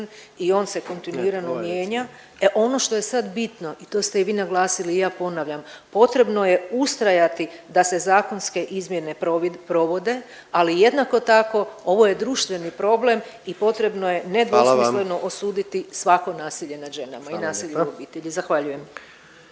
i on se kontinuirano mijenja. E, ono što je sad bitno i to ste i vi naglasili i ja ponavljam, potrebno je ustrajati da se zakonske izmjene provode, ali jednako tako ovo je društveni problem i potrebno je…/Upadica predsjednik: Hvala vam./… nedvosmisleno osuditi svako nasilje nad ženama i nasilje u obitelji. Zahvaljujem.